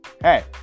hey